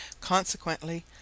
Consequently